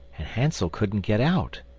and hansel couldn't get out.